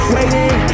Waiting